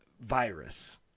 virus